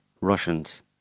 Russians